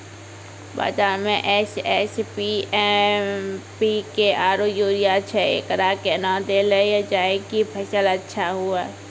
बाजार मे SSP, MPK आरु यूरिया छैय, एकरा कैना देलल जाय कि फसल अच्छा हुये?